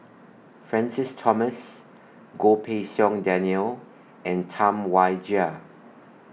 Francis Thomas Goh Pei Siong Daniel and Tam Wai Jia